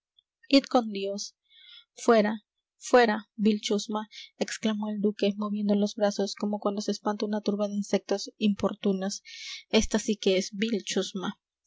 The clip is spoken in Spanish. con dios fuera fuera vil chusma exclamó el duque moviendo los brazos como cuando se espanta una turba de insectos importunos esta sí que es